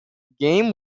game